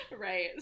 Right